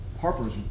Harper's